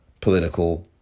political